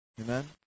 Amen